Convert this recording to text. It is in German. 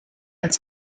als